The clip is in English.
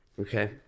Okay